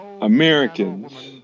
Americans